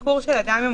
לא,